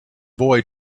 boy